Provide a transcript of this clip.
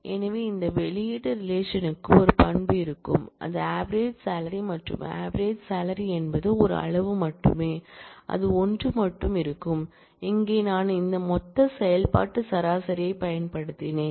எனவே இந்த வெளியீட்டு ரிலேஷன் க்கு ஒரு பண்பு இருக்கும் இது ஆவேரேஜ் சாலரி மற்றும் ஆவேரேஜ் சாலரி என்பது ஒரு அளவு மட்டுமே அது ஒன்று மட்டுமே இருக்கும் இங்கே நான் இந்த மொத்த செயல்பாட்டு சராசரியைப் பயன்படுத்தினேன்